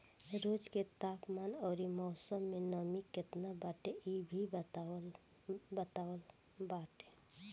रोज के तापमान अउरी मौसम में नमी केतना बाटे इ भी बतावत बाटे